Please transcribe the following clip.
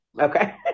Okay